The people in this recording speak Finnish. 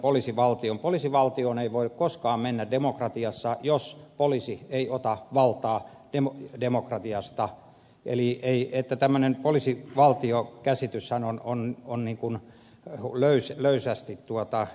poliisivaltioon ei voida koskaan mennä demokratiassa jos poliisi ei ota valtaa demokratiasta eli ei että tämän hän olisi joten tämmöinen poliisivaltiokäsityshän on löysästi esitetty